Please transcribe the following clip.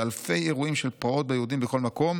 ואלפי אירועים של פרעות ביהודים בכל מקום,